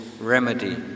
remedy